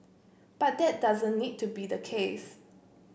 but that doesn't need to be the case